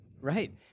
Right